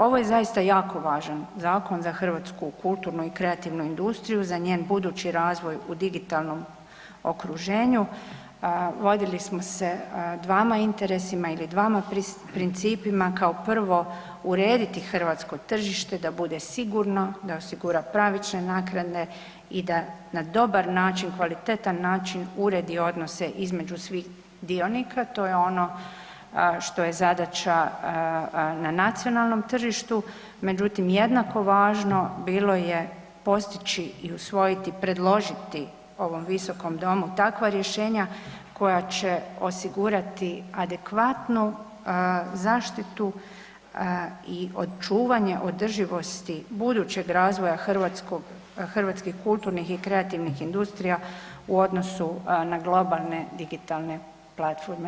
Ovo je zaista jako važan zakon za hrvatsku kulturnu i kreativnu industriju, za njen budući razvoj u digitalnom okruženju, vodili smo se dvama interesima ili dvama principima, kao prvo urediti hrvatsko tržište da bude sigurno, da osigura pravične naknade i da na dobar način, kvalitetan način uredi odnose između svih dionika, to je ono što je zadaća na nacionalnom tržištu, međutim jednako važno bilo je postići i usvojiti, predložiti ovom Visokom domu takva rješenja koja će osigurati adekvatnu zaštitu o čuvanje održivosti budućeg razvoja hrvatskih kulturnih i kreativnih industrija u odnosu na globalne digitalne platforme.